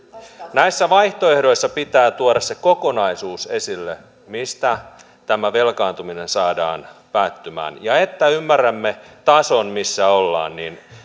näissä vaihtoehdoissa pitää tuoda se kokonaisuus esille miten tämä velkaantuminen saadaan päättymään ja jotta ymmärrämme tason missä ollaan